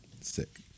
Sick